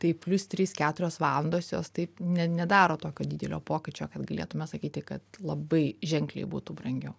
tai plius trys keturios valandos jos taip ne nedaro tokio didelio pokyčio kad galėtume sakyti kad labai ženkliai būtų brangiau